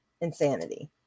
insanity